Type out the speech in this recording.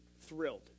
thrilled